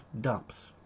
dumps